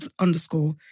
underscore